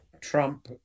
Trump